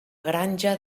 granja